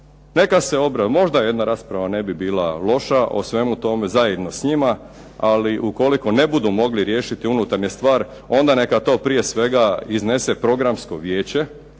Neka se, možda jedna rasprava ne bi bila loša o svemu tome zajedno s njima, ali ukoliko ne budu mogli riješiti unutarnje stvari onda neka to prije svega iznese Programsko vijeće